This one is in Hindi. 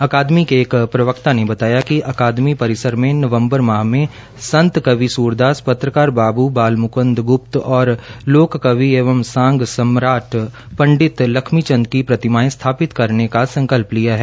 अकादमी के एक प्रवक्ता ने बताया कि अकादमी परिसर में नवंबर माह में संत कवि सुरदास पत्रकार बाबू बालमुकंद गृप्त और लोक कवि एवं सांग सम्राट पंडित लखमीचंद की प्रतिमाए स्थापित करने का संकल्प लिया है